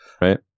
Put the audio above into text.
Right